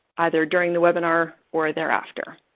either during the webinar or thereafter.